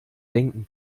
denken